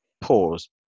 pause